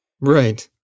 Right